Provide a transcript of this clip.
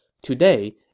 Today